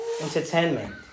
entertainment